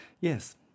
yes